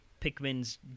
pikmin's